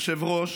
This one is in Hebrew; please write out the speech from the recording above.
היושב-ראש,